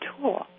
tool